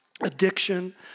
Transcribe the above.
addiction